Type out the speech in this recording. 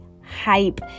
hype